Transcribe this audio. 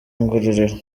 ngororero